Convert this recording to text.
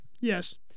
Yes